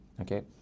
Okay